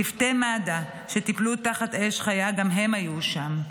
צוותי מד"א שטיפלו תחת אש חיה, גם הם היו שם.